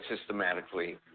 systematically